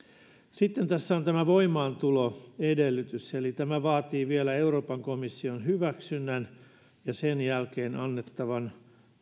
sitten tässä on tämä voimaantuloedellytys eli tämä vaatii vielä euroopan komission hyväksynnän ja sen jälkeen annettavan